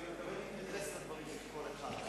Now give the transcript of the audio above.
אני מתכוון להתייחס לדברים של כל אחד.